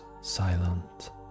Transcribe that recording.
silent